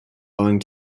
owing